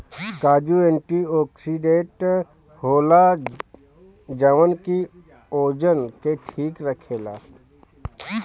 काजू एंटीओक्सिडेंट होला जवन की ओजन के ठीक राखेला